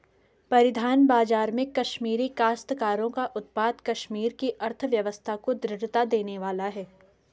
परिधान बाजार में कश्मीरी काश्तकारों का उत्पाद कश्मीर की अर्थव्यवस्था को दृढ़ता देने वाला है